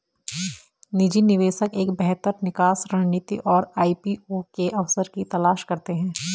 निजी निवेशक एक बेहतर निकास रणनीति और आई.पी.ओ के अवसर की तलाश करते हैं